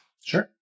sure